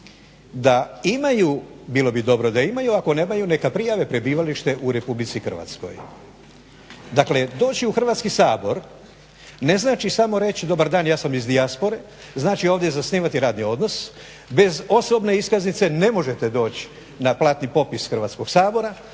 da imaju, bilo bi dobro da imaju. Ako nemaju neka prijave prebivalište u RH. Dakle, doći u Hrvatski sabor ne znači samo reći dobar ja sam iz dijaspore. Znači ovdje zasnivati radni odnos. Bez osobne iskaznice ne možete doći na platni popis Hrvatskog sabora,